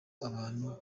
abantu